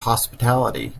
hospitality